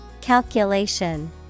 Calculation